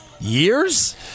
years